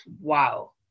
wow